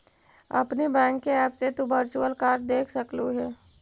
अपने बैंक के ऐप से तु वर्चुअल कार्ड देख सकलू हे